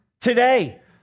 today